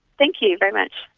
thank you very much.